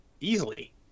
Easily